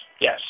Yes